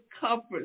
comfort